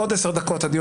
תודה